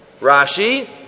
Rashi